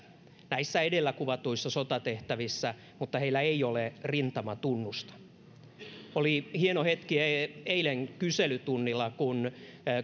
näissä edellä kuvatuissa sotatehtävissä mutta joilla ei ole rintamatunnusta ja oli hieno hetki eilen kyselytunnilla kun